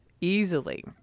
easily